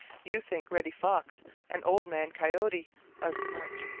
you think reddy fox and old man coyote are smart,